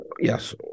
yes